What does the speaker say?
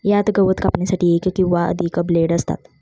यात गवत कापण्यासाठी एक किंवा अधिक ब्लेड असतात